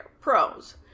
Pros